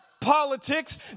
politics